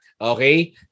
okay